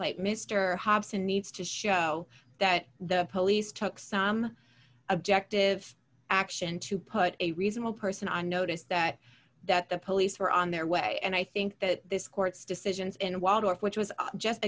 place mr hobson needs to show that the police took some objective action to put a reasonable person on notice that that the police were on their way and i think that this court's decisions in waldorf which was just